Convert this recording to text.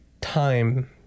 time